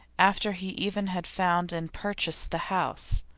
after he even had found and purchased the house.